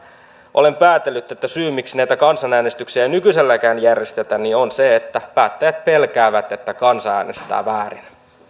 olen päätellyt että syy miksi näitä kansanäänestyksiä ei nykyiselläänkään järjestetä on se että päättäjät pelkäävät että kansa äänestää väärin